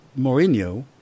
Mourinho